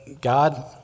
God